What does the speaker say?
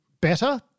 better